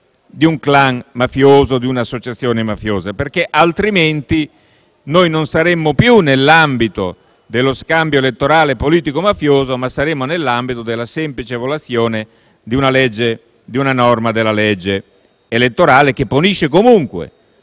di un *clan* o di un'associazione mafiosa, perché altrimenti non saremmo più nell'ambito dello scambio elettorale politico-mafioso, ma nell'ambito della semplice violazione di una norma della legge elettorale, che punisce comunque